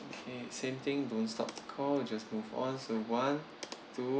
okay same thing don't stop the call just move on so one two